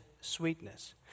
sweetness